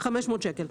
500 שקל.